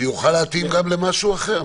שיכול להתאים גם למשהו אחר.